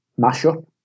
mashup